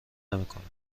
نمیکنند